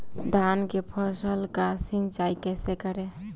धान के फसल का सिंचाई कैसे करे?